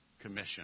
commission